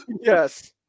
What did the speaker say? Yes